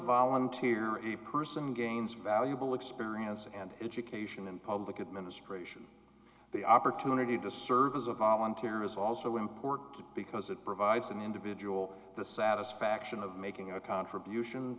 volunteer a person gains valuable experience and education in public administration the opportunity to serve as a volunteer is also important because it provides an individual the satisfaction of making a contribution